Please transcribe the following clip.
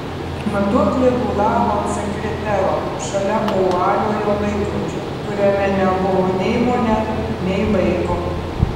matuoklė dūlavo ant sekretero šalia ovaliojo laikrodžio kuriame nebuvo nei monetų nei laiko